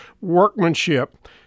workmanship